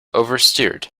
oversteered